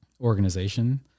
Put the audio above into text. organization